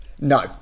No